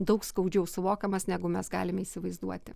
daug skaudžiau suvokiamas negu mes galime įsivaizduoti